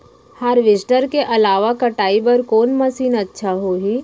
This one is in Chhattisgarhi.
हारवेस्टर के अलावा कटाई बर कोन मशीन अच्छा होही?